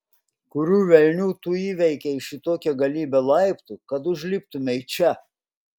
kurių velnių tu įveikei šitokią galybę laiptų kad užliptumei čia